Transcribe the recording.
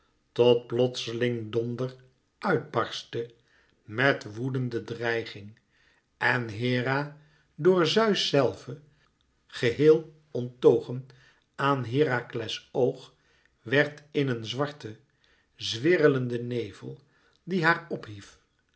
tot plotseling donder uit barstte met woedende dreiging en hera door zeus zelve geheel onttogen aan herakles oog werd in een zwarten zwirrelenden nevel die haar op